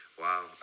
Wow